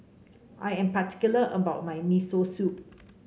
I am particular about my Miso Soup